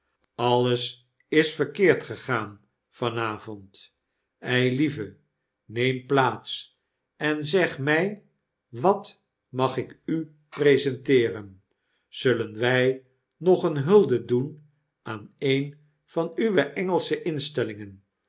alles is verkeerd gegaan van avond eilieve neem plaats en zeg my wat mag ik u presenteeren znllen wij nog eens hulde doen aan een van uwe engelsche instellingen